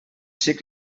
xic